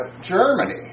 Germany